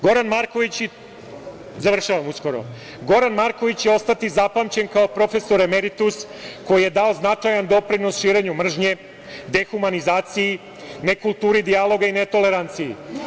Goran Marković, završavam uskoro, će ostati zapamćen kao profesor emeritus koji je dao značajan doprinos širenju mržnje, dehumanizaciji, nekulturi dijaloga i netoleranciji.